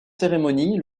cérémonie